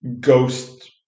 ghost